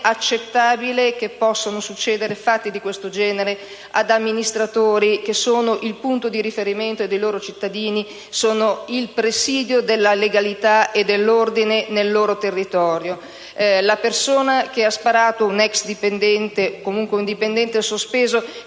accettabile che possano succedere fatti di questo genere ad amministratori che sono il punto di riferimento dei loro cittadini, sono il presidio della legalità e dell'ordine nel loro territorio. La persona che ha sparato è un ex dipendente, o comunque un dipendente sospeso,